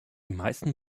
meisten